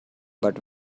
but